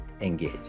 engage